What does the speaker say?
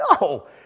No